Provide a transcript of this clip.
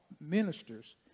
ministers